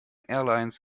airlines